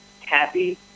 happy